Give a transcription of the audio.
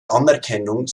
anerkennung